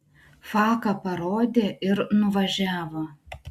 faką parodė ir nuvažiavo